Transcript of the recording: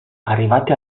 arrivati